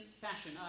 fashion